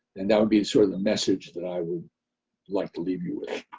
and that would be sort of the message that i would like to leave you with.